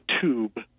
tube